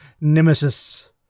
Nemesis